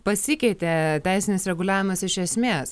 pasikeitė teisinis reguliavimas iš esmės